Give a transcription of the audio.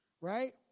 right